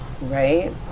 right